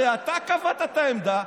הרי אתה קבעת את העמדה,